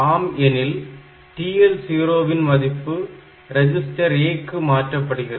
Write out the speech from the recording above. ஆம் எனில் TL0 ன் மதிப்பு ரெஜிஸ்டர் A க்கு மாற்றப்படுகிறது